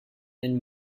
and